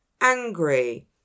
angry